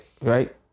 Right